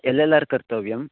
L L R कर्तव्यं